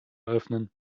öffnen